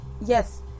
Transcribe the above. yes